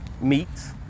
Meats